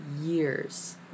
years